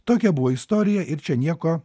tokia buvo istorija ir čia nieko